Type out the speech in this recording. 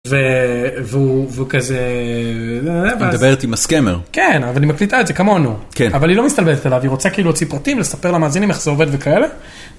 והוא... והוא כזה... מדברת עם הסקמר. כן, אבל היא מקליטה את זה כמונו. אבל היא לא מסתלבטת עליו, היא רוצה כאילו להוציא פרטים, לספר למאזינים איך זה עובד וכאלה.